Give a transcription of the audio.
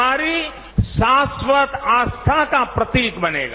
हमारी शास्वत आस्था का प्रतीक बनेगा